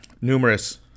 numerous